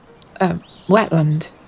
wetland